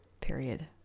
period